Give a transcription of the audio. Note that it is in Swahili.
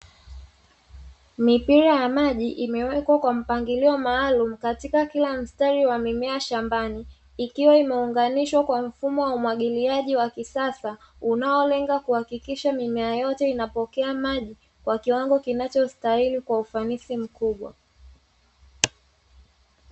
Mipira ya maji imewekwa kwa mpangilio maalumu katika kila mstari wa mimea shambani, ikiwa imeunganishwa kwa mfumo wa umwagiliaji wa kisasa, unaolenga kuhakikisha mimea yote inapokea maji kwa kiwango kinachostahili kwa ufanisi mkubwa.